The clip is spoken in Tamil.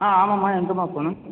ஆ ஆமாம்மா எங்கேம்மா போகணும்